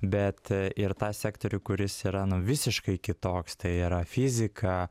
bet ir tą sektorių kuris yra nu visiškai kitoks tai yra fizika